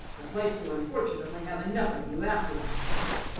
the place will unfortunately have enough of you after my death.